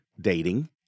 dating